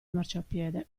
marciapiede